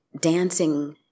dancing